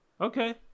Okay